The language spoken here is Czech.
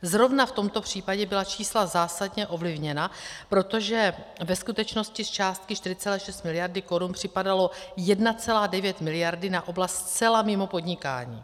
Zrovna v tomto případě byla čísla zásadně ovlivněna, protože ve skutečnosti z částky 4,6 mld. korun připadalo 1,9 mld. na oblast zcela mimo podnikání.